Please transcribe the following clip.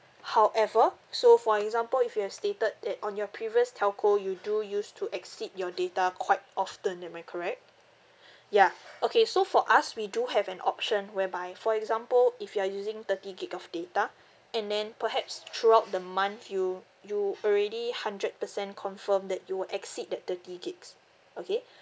however so for example if you have stated that on your previous telco you do used to exceed your data quite often am I correct yeah okay so for us we do have an option whereby for example if you are using thirty gigabyte of data and then perhaps throughout the month you you already hundred percent confirm that you will exceed that thirty gigabytes okay